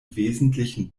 wesentlichen